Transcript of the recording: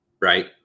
right